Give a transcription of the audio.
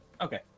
Okay